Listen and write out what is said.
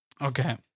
Okay